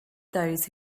those